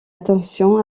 attention